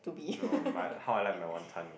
no my how I like my Wanton-Mee